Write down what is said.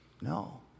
No